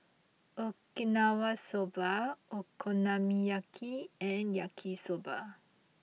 Okinawa Soba Okonomiyaki and Yaki Soba